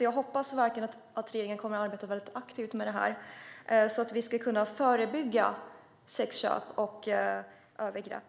Jag hoppas därför verkligen att regeringen kommer att arbeta aktivt med detta så att vi ska kunna förebygga sexköp och övergrepp.